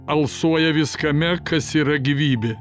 alsuoja viskame kas yra gyvybė